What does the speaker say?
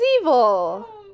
Evil